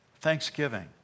thanksgiving